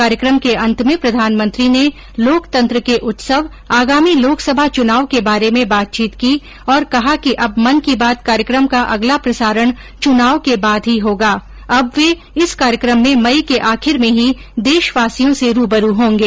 कार्यक्रम के अंत में प्रधानमंत्री ने लोकतंत्र के उत्सव आगामी लोकसभा चुनाव के बारे में बातचीत की और कहा कि अब मन की बात कार्यक्रम का अगला प्रसारण चुनाव के बाद ही होगा अब वे इस कार्यक्रम में मई के आखिर में ही देशवासियों से रूबरू होगें